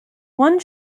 one